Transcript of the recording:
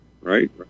Right